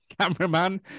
cameraman